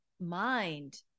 mind